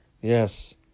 Yes